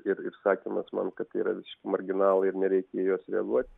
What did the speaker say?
ir ir sakymas man kad tai yra visiški marginalai ir nereikia į juos reaguot